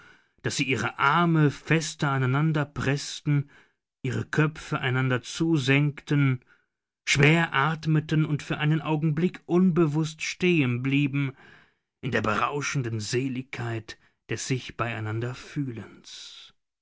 daß sie ihre arme fester aneinander preßten ihre köpfe einander zusenkten schwer atmeten und für einen augenblick unbewußt stehen blieben in der berauschenden seligkeit des sich beieinander fühlens